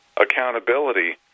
accountability